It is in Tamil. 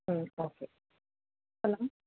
ம் ஓகே போகலாமா